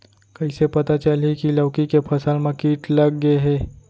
कइसे पता चलही की लौकी के फसल मा किट लग गे हे?